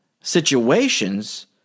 situations